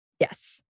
Yes